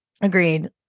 agreed